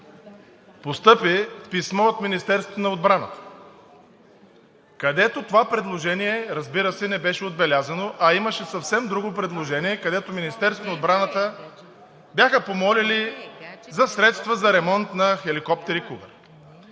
постъпило писмо от Министерството на отбраната, като това не беше отбелязано, а имаше съвсем друго предложение, в което от Министерството на отбраната бяха помолили за средства за ремонт на хеликоптерите „Кугър“.